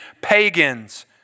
pagans